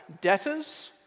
debtors